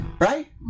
right